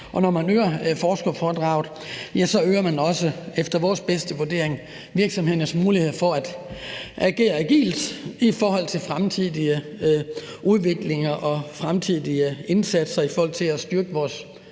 øger man efter vores bedste vurdering også virksomhedernes muligheder for at agere agilt med hensyn til fremtidige udviklinger og fremtidige indsatser i forhold til at styrke vores